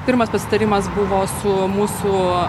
pirmas pasitarimas buvo su mūsų